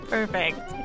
Perfect